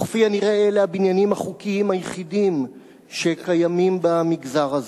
וכפי הנראה אלה הבניינים החוקיים היחידים שקיימים במגזר הזה,